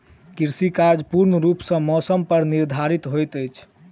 कृषि कार्य पूर्ण रूप सँ मौसम पर निर्धारित होइत अछि